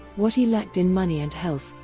what he lacked in money and health,